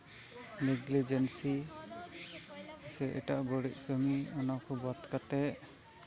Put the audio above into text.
ᱢᱤᱫ ᱞᱮᱡᱮᱱᱥᱤ ᱥᱮ ᱮᱴᱟᱜ ᱵᱟᱹᱲᱤᱡ ᱠᱟᱹᱢᱤ ᱚᱱᱟ ᱠᱚ ᱵᱟᱫ ᱠᱟᱛᱮᱜ